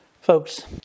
Folks